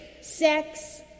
sex